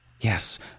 Yes